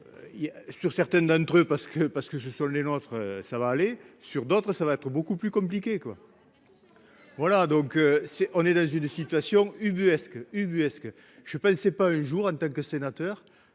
sur certaines d'entre eux parce que, parce que ce sont les nôtres, ça va aller sur d'autres, ça va être beaucoup plus compliqué, quoi, voilà donc c'est on est dans une situation ubuesque, ubuesque, je pensais pas un jour en tant que sénateur,